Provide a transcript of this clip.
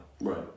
Right